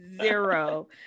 zero